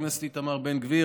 לחבר הכנסת איתמר בן גביר,